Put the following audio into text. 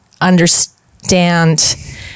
understand